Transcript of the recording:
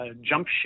jump